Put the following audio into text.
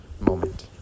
moment